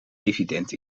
evident